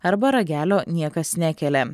arba ragelio niekas nekelia